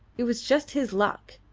it was just his luck!